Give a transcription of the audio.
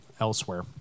elsewhere